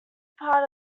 part